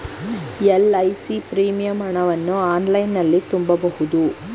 LIC premium ಹಣವನ್ನು ಆನ್ಲೈನಲ್ಲಿ ತುಂಬಬಹುದು